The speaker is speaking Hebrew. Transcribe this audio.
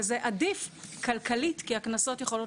וזה עדיף כלכלית כי הקנסות יכולים